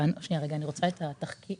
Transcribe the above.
ברגע שהרשות תביא את זה,